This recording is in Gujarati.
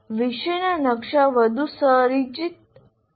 વિષયના નકશા વધુ સંરચિત છે